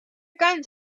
guns